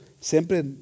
siempre